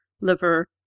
liver